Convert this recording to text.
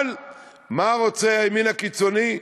אבל מה רוצה הימין הקיצוני?